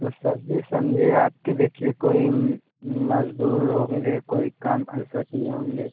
तो सर जी समझिये आप कि देखिए कोई मजदूर होंगे कोई काम ऐसा किए होंगे